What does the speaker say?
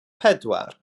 pedwar